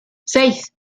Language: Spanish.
seis